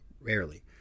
rarely